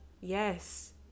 Yes